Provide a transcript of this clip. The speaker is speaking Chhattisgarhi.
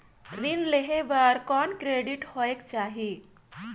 ऋण लेहे बर कौन क्रेडिट होयक चाही?